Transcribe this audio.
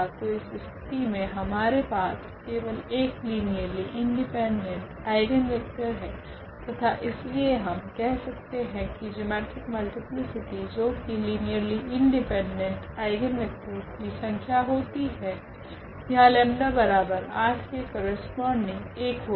तो इस स्थिति मे हमारे पास केवल एक लीनियरली इंडिपेंडेंट आइगनवेक्टर है तथा इसलिए हम कह सकते है की जिओमेट्रिक मल्टीप्लीसिटी जो की लीनियरली इंडिपेंडेंट आइगनवेक्टरस की संख्या होती है यहाँ 𝜆8 के करस्पोंडिंग 1 होगी